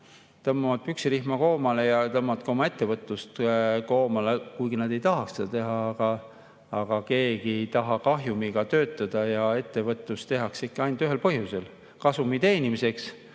tõmbavad püksirihma koomale ja tõmbavad ka oma ettevõtlust koomale, kuigi nad ei tahaks seda teha. Aga keegi ei taha kahjumiga töötada ja ettevõtlust tehakse ikka ainult ühel põhjusel: kasumi teenimiseks.